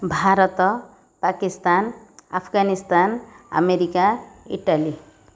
Bharat Pakistan Afghanistan America Italy